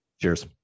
Cheers